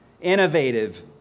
innovative